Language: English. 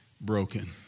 broken